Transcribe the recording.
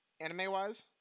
anime-wise